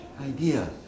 idea